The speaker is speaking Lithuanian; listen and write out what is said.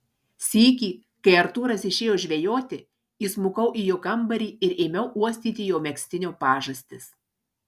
sykį kai artūras išėjo žvejoti įsmukau į jo kambarį ir ėmiau uostyti jo megztinio pažastis